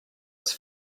its